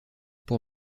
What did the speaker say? pour